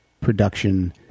production